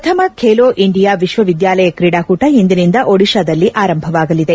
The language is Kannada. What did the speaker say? ಪ್ರಥಮ ಬೇಲೋ ಇಂಡಿಯಾ ವಿಶ್ವವಿದ್ಯಾಲಯ ಕ್ರೀಡಾಕೂಟ ಇಂದಿನಿಂದ ಒಡಿತಾದಲ್ಲಿ ಆರಂಭವಾಗಲಿದೆ